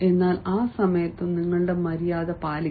എന്നാൽ ആ സമയത്തും നിങ്ങളുടെ മര്യാദ പാലിക്കണം